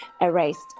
erased